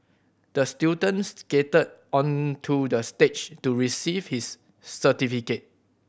the student skated onto the stage to receive his certificate